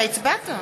אתה הצבעת.